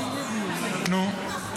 --- אה.